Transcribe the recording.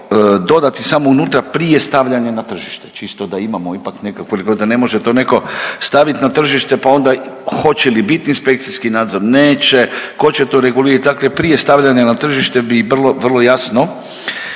samo unutra prije stavljanja na tržište. Čisto da imamo, ipak nekakvo. Da ne može to netko stavit na tržište pa onda hoće li biti inspekcijski nadzor, neće. Tko će to regulirati? Dakle prije stavljanja na tržište bi vrlo jasno